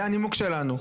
זה הנימוק שלנו,